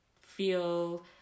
feel